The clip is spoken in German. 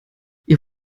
ihr